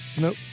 Nope